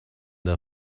der